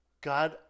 God